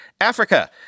Africa